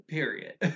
Period